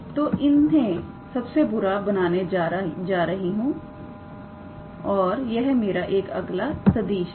तो इन्हें सबसे बुरा बनाने जा रही हूं और यह मेरा एक अगला सदिश है